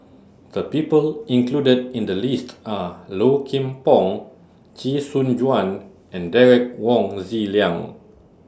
The People included in The list Are Low Kim Pong Chee Soon Juan and Derek Wong Zi Liang